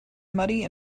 muddy